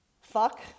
fuck